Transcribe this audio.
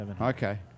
Okay